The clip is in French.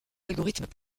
algorithmes